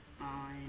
on